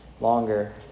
longer